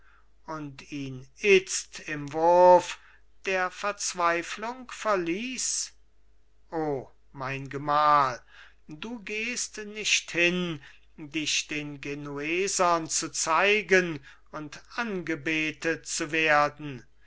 und ihn itzt im wurf der verzweiflung verließ o mein gemahl du gehst nicht hin dich den genuesern zu zeigen und angebetet zu werden